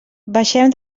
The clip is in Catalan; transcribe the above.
baixem